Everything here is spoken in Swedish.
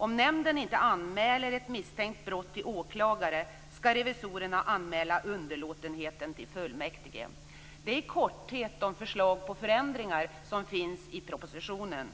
Om nämnden inte anmäler ett misstänkt brott till åklagare skall revisorerna anmäla underlåtenheten till fullmäktige. Det är i korthet de förslag till förändringar som finns i propositionen.